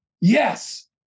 Yes